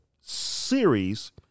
series